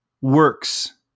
works